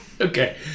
Okay